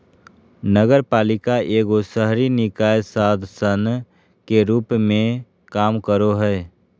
नगरपालिका एगो शहरी निकाय शासन के रूप मे काम करो हय